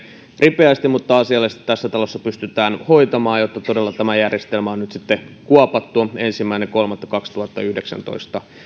ripeästi mutta asiallisesti tässä talossa pystytään hoitamaan jotta todella tämä järjestelmä on nyt sitten kuopattu ensimmäinen kolmatta kaksituhattayhdeksäntoista